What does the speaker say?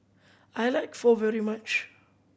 I like Pho very much